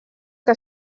que